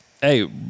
hey